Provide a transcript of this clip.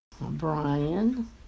Brian